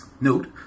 Note